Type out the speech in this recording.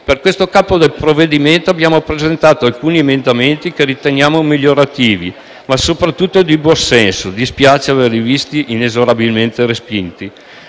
Per questo capo del provvedimento abbiamo presentato alcuni emendamenti che riteniamo migliorativi, ma soprattutto di buon senso. Dispiace averli visti inesorabilmente respinti.